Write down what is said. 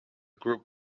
group